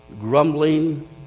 grumbling